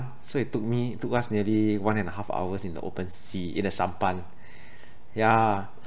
so it took me took us nearly one and a half hours in the open sea in a sampan yeah